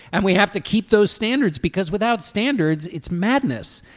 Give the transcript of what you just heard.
and we have to keep those standards because without standards it's madness.